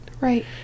Right